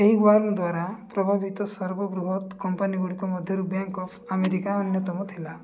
ଏହି ୱର୍ମ ଦ୍ୱାରା ପ୍ରଭାବିତ ସର୍ବବୃହତ କମ୍ପାନୀ ଗୁଡ଼ିକ ମଧ୍ୟରୁ ବ୍ୟାଙ୍କ ଅଫ୍ ଆମେରିକା ଅନ୍ୟତମ ଥିଲା